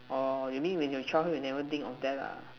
orh you mean when you childhood you never think of that lah